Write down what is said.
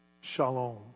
Shalom